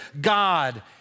God